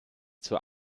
zur